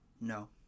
No